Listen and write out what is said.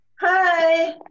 Hi